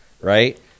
right